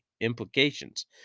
implications